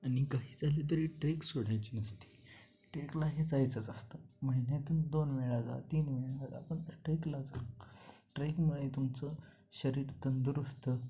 आणि काही झालं तरी ट्रेक सोडायची नसते ट्रेकला हे जायचंच असतं महिन्यातून दोन वेळा जा तीन वेळा जा पण ट्रेकला जा ट्रेकमुळे तुमचं शरीर तंदुरुस्त